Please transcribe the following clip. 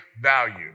value